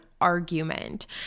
argument